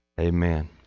Amen